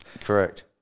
correct